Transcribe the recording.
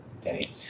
Danny